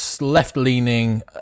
left-leaning